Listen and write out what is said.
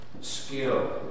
skill